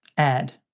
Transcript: ad.